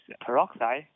peroxide